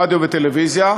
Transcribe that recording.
רדיו וטלוויזיה,